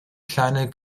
kleine